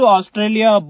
Australia